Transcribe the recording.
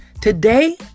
Today